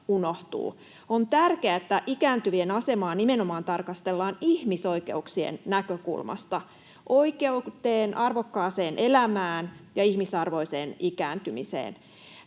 On tärkeää, että ikääntyvien asemaa tarkastellaan nimenomaan ihmisoikeuksien näkökulmasta — oikeuden arvokkaaseen elämään ja ihmisarvoiseen ikääntymiseen.